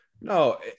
No